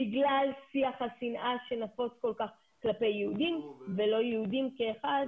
בגלל שיח השנאה שנפוץ כל כך כלפי יהודים ולא יהודים כאחד.